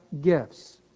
gifts